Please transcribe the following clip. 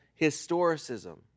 historicism